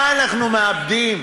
מה אנחנו מאבדים?